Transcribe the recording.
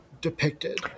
depicted